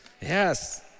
Yes